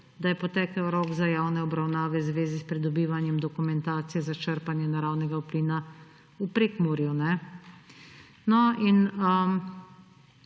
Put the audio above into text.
da je potekel rok za javne obravnave v zvezi s pridobivanjem dokumentacije za črpanje naravnega plina v Prekmurju.« Sprva